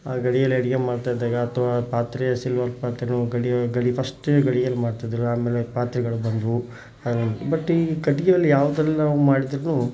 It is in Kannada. ಆ ಗಡಿಗೆಲಿ ಅಡುಗೆ ಮಾಡ್ತಾಯಿದ್ದಾಗ ಅಥವಾ ಪಾತ್ರೆ ಸಿಲ್ವರ್ ಪಾತ್ರೆ ಗಡಿ ಗಡಿ ಫಸ್ಟ ಗಡಿಗೇಲಿ ಮಾಡ್ತಿದ್ದರು ಆಮೇಲೆ ಪಾತ್ರೆಗಳು ಬಂದವು ಬಟ್ ಈ ಕಟ್ಟಿಗೆ ಒಲೇಲಿ ಯಾವ್ದ್ರಲ್ಲಿ ನಾವು ಮಾಡಿದರೂ